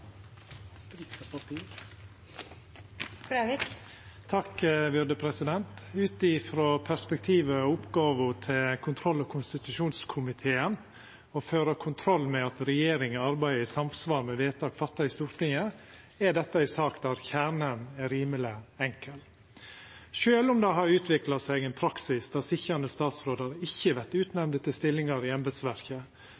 og vi fremmer forslag om at regjeringen for framtiden må avstå fra å utnevne sittende statsråder til embetsstillinger. Ut frå perspektivet, oppgåva til kontroll- og konstitusjonskomiteen, å føra kontroll med at regjeringa arbeider i samsvar med vedtak fatta i Stortinget, er dette ei sak der kjernen er rimeleg enkel. Sjølv om det har utvikla seg ein praksis der sitjande